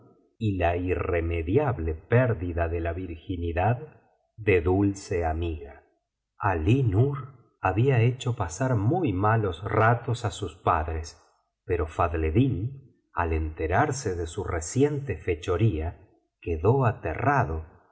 y la irremediable pérdida de la virginidad de dulce amiga alí nur había hecho pasar muy malos ratos á sus padres pero faclleddín al enterarse de su reciente fechoría quedó aterrado